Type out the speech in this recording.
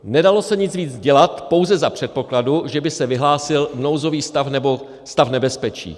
Nedalo se nic víc dělat, pouze za předpokladu, že by se vyhlásil nouzový stav nebo stav nebezpečí.